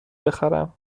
بخرم